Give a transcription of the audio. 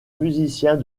musiciens